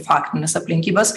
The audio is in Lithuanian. faktines aplinkybes